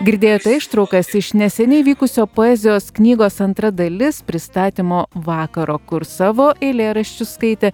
girdėjote ištraukas iš neseniai vykusio poezijos knygos antra dalis pristatymo vakaro kur savo eilėraščius skaitė